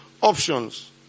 Options